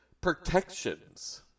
protections